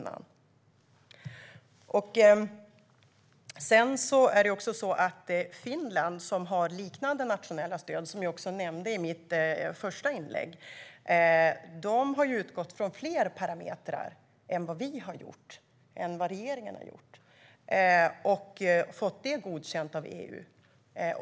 Jag nämnde i mitt första inlägg Finland, som har liknande nationella stöd. De har utgått från fler parametrar än vad regeringen har gjort, och de har fått det godkänt av EU.